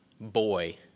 boy